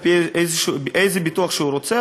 על-פי איזה ביטוח שהוא רוצה.